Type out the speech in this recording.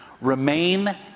Remain